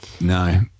no